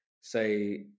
say